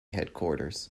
headquarters